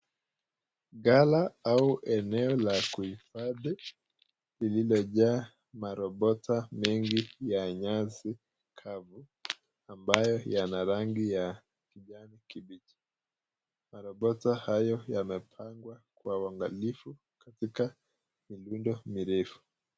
Gala au eneo la kuhifadhi lilojaa marobota mengi ya nyasi kavu ambayo yana rangi ya kijani kibichi. Marobota hayo yamepangwa kwa uangalifu katika mirindo mirefu.